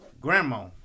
grandma